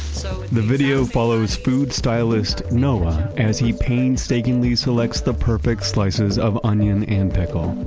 so the video follows food stylist, noah, as he painstakingly selects the perfect slices of onion and pickle.